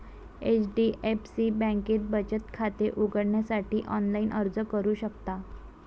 HDFC बँकेत बचत खाते उघडण्यासाठी ऑनलाइन अर्ज करू शकता